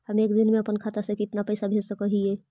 हम एक दिन में अपन खाता से कितना पैसा भेज सक हिय?